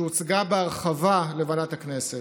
שהוצגה בהרחבה לוועדת הכנסת.